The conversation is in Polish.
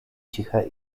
ciche